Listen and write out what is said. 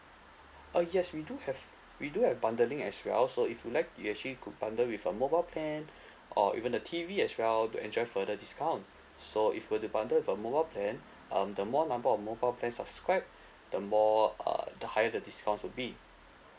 uh yes we do have we do have bundling as well so if you'd like you actually could bundle with a mobile plan or even the T_V as well to enjoy further discount so if will to bundle with a mobile plan um the more number of mobile plan subscribed the more uh the higher the discounts will be